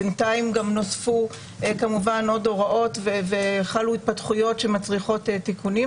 בינתיים גם נוספו כמובן עוד הוראות וחלו התפתחויות שמצריכות תיקונים